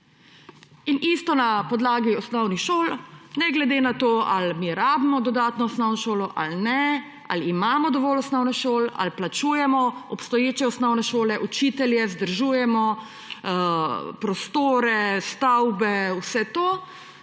In isto na podlagi osnovnih šol, ne glede na to, ali mi rabimo dodatno osnovno šolo ali ne, ali imamo dovolj osnovnih šol, ali plačujemo obstoječe osnovne šole, učitelje, vzdržujemo prostore, stavbe, vse to,